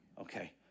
Okay